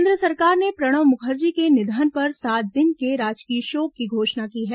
केन्द्र सरकार ने प्रणब मुखर्जी के निधन पर सात दिन के राजकीय शोक की घोषणा की है